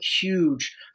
huge